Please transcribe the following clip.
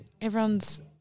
everyone's